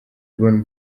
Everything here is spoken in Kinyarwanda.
urban